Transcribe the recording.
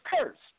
cursed